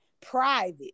private